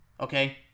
okay